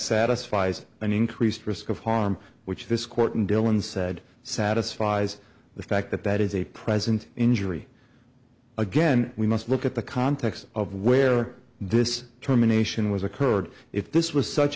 satisfies an increased risk of harm which this court in dillon said satisfies the fact that that is a present injury again we must look at the context of where this terminations was occurred if this was such